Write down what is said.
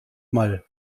mal